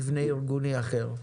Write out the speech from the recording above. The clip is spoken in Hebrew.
מבנה ארגוני אחר,